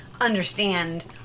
understand